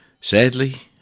Sadly